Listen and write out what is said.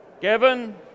Gavin